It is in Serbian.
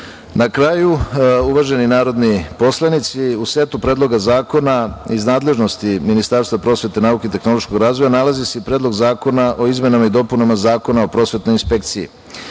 kraju, uvaženi narodni poslanici, u setu predloga zakona iz nadležnosti Ministarstva prosvete, nauke i tehnološkog razvoja nalazi se i Predlog zakona o izmenama i dopunama Zakona o prosvetnoj inspekciji.